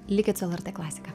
likit su lrt klasika